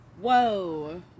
Whoa